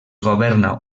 governa